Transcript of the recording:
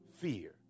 fear